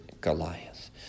Goliath